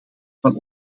van